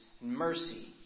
mercy